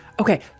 Okay